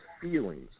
feelings